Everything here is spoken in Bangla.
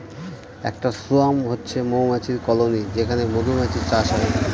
একটা সোয়ার্ম হচ্ছে মৌমাছির কলোনি যেখানে মধুমাছির চাষ হয়